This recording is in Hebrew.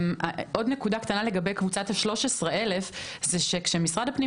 נקודה נוספת לגבי קבוצת ה-13,000 היא שכשמשרד הפנים